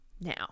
now